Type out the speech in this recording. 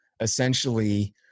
essentially